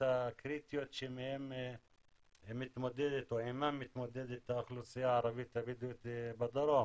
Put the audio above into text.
הקריטיות שעמם מתמודדת האוכלוסייה הבדואית בדרום.